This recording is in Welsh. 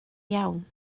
iawn